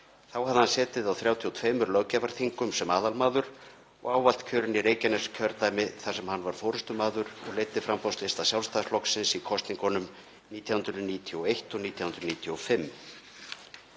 Þá hafði hann setið á 32 löggjafarþingum sem aðalmaður og ávallt kjörinn í Reykjaneskjördæmi þar sem hann var forystumaður og leiddi framboðslista Sjálfstæðisflokksins í kosningunum 1991 og 1995.